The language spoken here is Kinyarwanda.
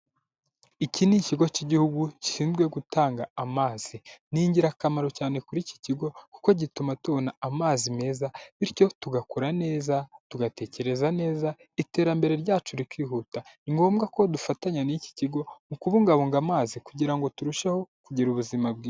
Iki ni ikigo cy'igihugu gishinzwe gutanga amazi. Ni ingirakamaro cyane kuri iki kigo kuko gituma tubona amazi meza bityo tugakora neza tugatekereza neza iterambere ryacu rikihuta. Ni ngombwa ko dufatanya n'iki kigo mu kubungabunga amazi kugira ngo turusheho kugira ubuzima bwiza.